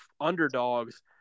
underdogs